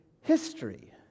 history